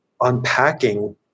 unpacking